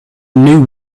new